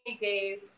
days